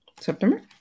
September